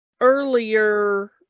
earlier